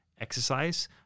exercise